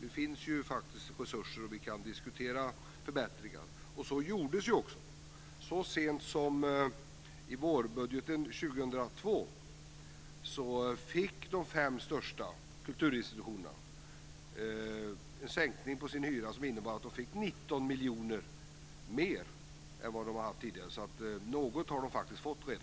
Nu finns faktiskt resurser och vi kan diskutera förbättringar. Så gjordes också. Så sent som i vårbudgeten 2002 fick de fem största kulturinstitutionerna en sänkning av sin hyra som innebar att de fick 19 miljoner mer än vad de haft tidigare. Något har de faktiskt fått redan.